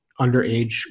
underage